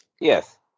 Yes